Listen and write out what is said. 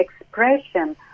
expression